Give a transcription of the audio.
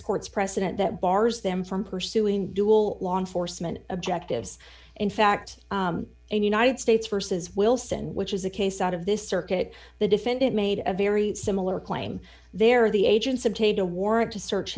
court's precedent that bars them from pursuing dual law enforcement objectives in fact and united states versus wilson which is a case out of this circuit the defendant made a very similar claim there the agents obtained a warrant to search